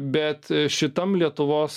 bet šitam lietuvos